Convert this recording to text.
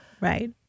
Right